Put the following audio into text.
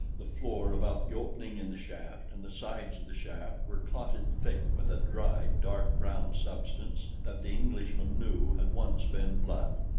the floor about the opening in the shaft and the sides of the shaft were clotted thick with a dried, dark brown substance that the englishman knew had once been blood.